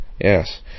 Yes